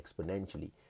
exponentially